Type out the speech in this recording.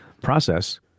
process